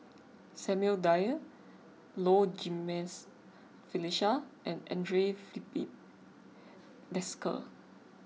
Samuel Dyer Low Jimenez Felicia and andre Filipe Desker